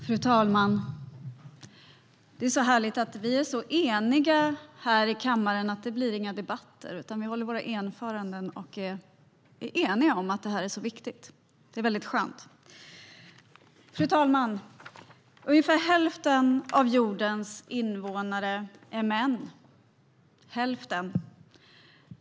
Fru talman! Det är härligt att vi är så eniga här i kammaren att det inte blir några debatter. Vi håller våra anföranden och är eniga om att det här är viktigt. Det är skönt. Ungefär hälften av jordens invånare är män.